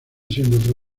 siendo